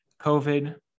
COVID